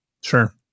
Sure